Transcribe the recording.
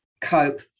cope